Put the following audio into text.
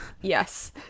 yes